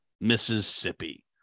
Mississippi